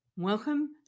welcome